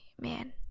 man